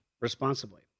responsibly